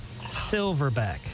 Silverback